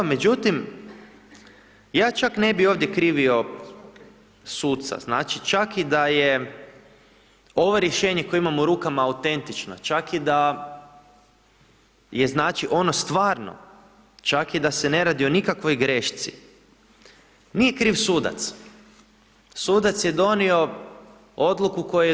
Međutim, ja čak ne bi ovdje krivio suca, znači, čak i da je ovo rješenje koje imam u rukama autentično, čak i da je, znači, ono stvarno, čak i da se ne radi o nikakvoj grešci, nije kriv sudac, sudac je donio odluku koju je donio, to je njegovo pravo, međutim, država koja sve to promatra i koja se ponaša kao da se to nje ne tiče, ona je kriva.